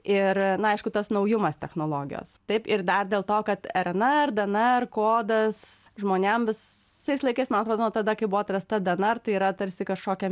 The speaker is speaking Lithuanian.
ir na aišku tas naujumas technologijos taip ir dar dėl to kad rnr dnr kodas žmonėm visais laikais man atrodo nuo tada kai buvo atrasta dnr tai yra tarsi kažkokia